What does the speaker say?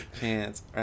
Pants